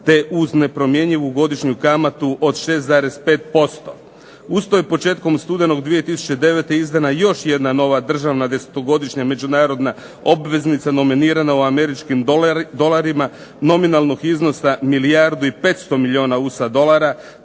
te uz nepromjenjivu godišnju kamatu od 6,5%. Uz to je i početkom studenog 2009. izdana još jedna nova državna desetogodišnja međunarodna obveznica nominirana u američkim dolarima, nominalnog iznosa milijardu i 500 milijuna USA dolara,